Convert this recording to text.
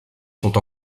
sont